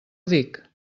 dic